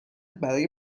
برای